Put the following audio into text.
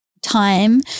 time